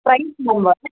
price